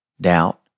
doubt